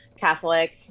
Catholic